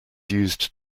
used